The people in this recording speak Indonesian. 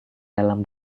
dalam